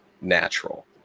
natural